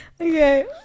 okay